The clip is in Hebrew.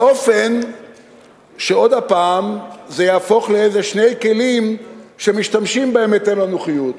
באופן שעוד פעם זה יהפוך לאיזה שני כלים שמשתמשים בהם בהתאם לנוחיות.